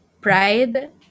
pride